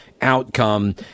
outcome